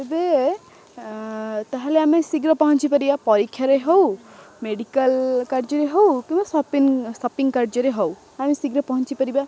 ତେବେ ତା'ହେଲେ ଆମେ ଶୀଘ୍ର ପହଞ୍ଚିପାରିବା ପରୀକ୍ଷାରେ ହଉ ମେଡ଼ିକାଲ କାର୍ଯ୍ୟରେ ହଉ କିମ୍ବା ସପିଂ ସପିଂ କାର୍ଯ୍ୟରେ ହଉ ଆମେ ଶୀଘ୍ର ପହଞ୍ଚି ପାରିବା